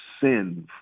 sin